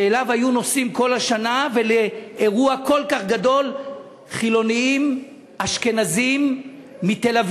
שאליו היו נוסעים כל השנה לאירוע כל כך גדול חילונים אשכנזים מתל-אביב,